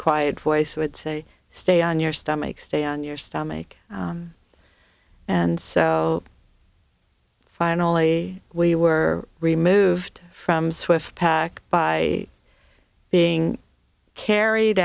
quiet voice would say stay on your stomach stay on your stomach and so finally we were removed from swift pack by being carried